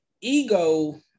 Ego